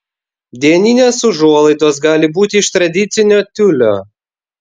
dieninės užuolaidos gali būti iš tradicinio tiulio